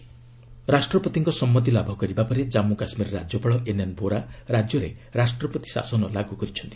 J and K ରାଷ୍ଟ୍ରପତିଙ୍କ ସମ୍ମତ୍ତି ଲାଭ ପରିବା ପରେ ଜନ୍ମୁ କାଶ୍କୀର ରାଜ୍ୟପାଳ ଏନ୍ଏନ୍ ବୋରା ରାଜ୍ୟରେ ରାଷ୍ଟ୍ରପତି ଶାସନ ଲାଗୁ କରିଛନ୍ତି